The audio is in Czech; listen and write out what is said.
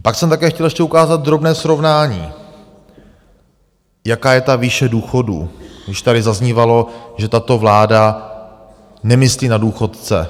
Pak jsem také chtěl ještě ukázat drobné srovnání, jaká je ta výše důchodů, když tady zaznívalo, že tato vláda nemyslí na důchodce.